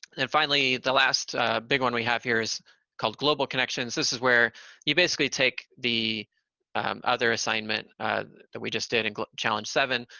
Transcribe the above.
and finally, the last big one we have here is called global connections. this is where you basically take the um other assignment that we just did in challenge seven,